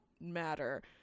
matter